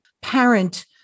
parent